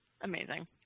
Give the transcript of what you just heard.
Amazing